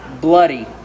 bloody